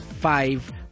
five